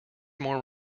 more